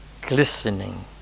glistening